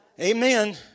Amen